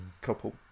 couple